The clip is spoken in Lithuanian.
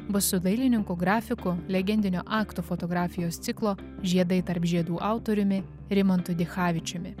bus su dailininku grafiku legendinio aktų fotografijos ciklo žiedai tarp žiedų autoriumi rimantu dichavičiumi